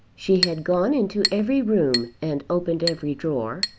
she had gone into every room and opened every drawer,